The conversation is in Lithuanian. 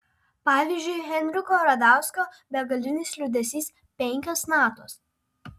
pavyzdžiui henriko radausko begalinis liūdesys penkios natos